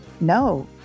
No